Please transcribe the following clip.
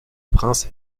prince